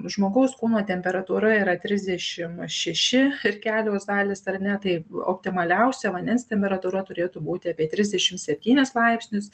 žmogaus kūno temperatūra yra trisdešim šeši ir kelios dalys ar ne tai optimaliausia vandens temperatūra turėtų būti apie trisdešimt septynis laipsnius